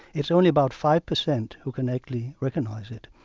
it's only about five percent who correctly recognize it.